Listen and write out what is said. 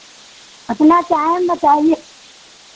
अपना टाइम बताइए